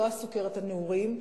לא סוכרת הנעורים,